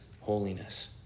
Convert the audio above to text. holiness